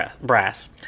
Brass